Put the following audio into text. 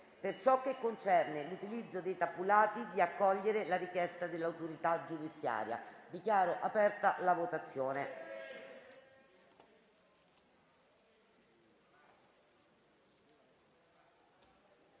per ciò che concerne l'utilizzo dei tabulati, di accogliere la richiesta dell'autorità giudiziaria. *(Segue la votazione)*.